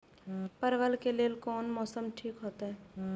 परवल के लेल कोन मौसम ठीक होते?